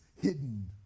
hidden